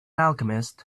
alchemist